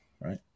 Right